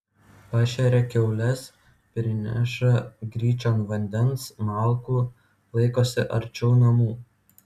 pašeria kiaules prineša gryčion vandens malkų laikosi arčiau namų